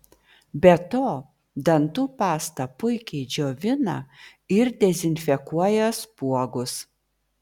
be to dantų pasta puikiai džiovina ir dezinfekuoja spuogus